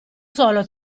solo